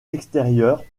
extérieures